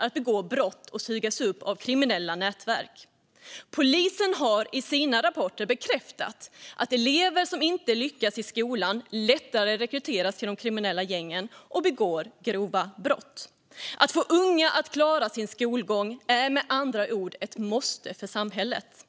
att begå brott och sugas upp av kriminella nätverk. Polisen har i sina rapporter bekräftat att elever som inte lyckas i skolan lättare rekryteras till de kriminella gängen och begår grova brott. Att få unga att klara sin skolgång är med andra ord ett måste för samhället.